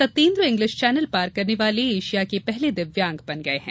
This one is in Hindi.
सत्येन्द्र इंग्लिश चैनल पार करने वाले एशिया के पहले दिव्यांग बन गए हैं